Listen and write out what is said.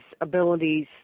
abilities